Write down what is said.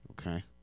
Okay